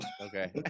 okay